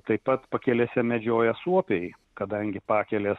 taip pat pakelėse medžioja suopiai kadangi pakelės